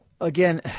Again